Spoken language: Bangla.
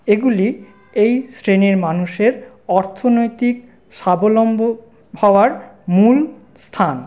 এগুলি এই শ্রেণির মানুষের অর্থনৈতিক স্বাবলম্ব হওয়ার মূল স্থান